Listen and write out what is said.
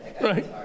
right